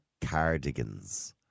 cardigans